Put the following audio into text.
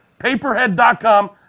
Paperhead.com